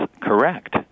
correct